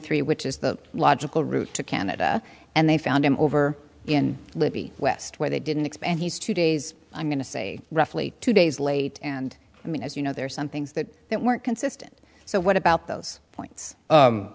three which is the logical route to canada and they found him over in libby west where they didn't expand he's two days i'm going to say roughly two days late and i mean as you know there are some things that that weren't consistent so what about those